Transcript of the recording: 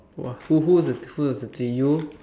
!wah! who who was who was the three you